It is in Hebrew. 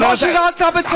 חבר הכנסת לפיד.